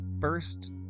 first